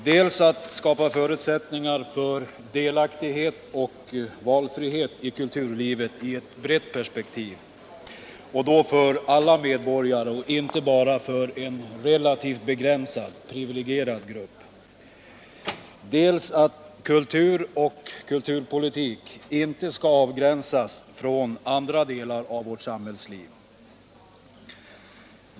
Dels skall kulturpolitik skapa förutsättningar för delaktighet och valfrihet i kulturlivet i ett brett prespektiv för alla medborgare och inte bara för en relativt begränsad, privilegierad grupp, dels skall kulturpolitik ingå i och inte avgränsas från andra delar av vårt samhällsliv.